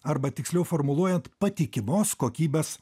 arba tiksliau formuluojant patikimos kokybės